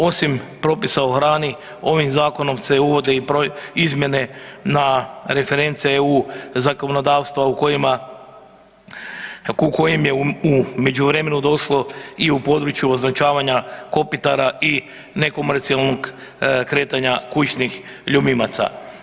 Osim propisa o hrani, ovim zakonom se uvodi broj izmjene na reference EU zakonodavstva u kojim je u međuvremenu došlo i u području označavanja kopitara i nekomercionalnog kretanja kućnih ljubimaca.